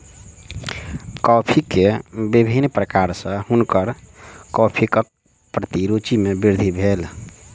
coffee के विभिन्न प्रकार सॅ हुनकर कॉफ़ीक प्रति रूचि मे वृद्धि भेल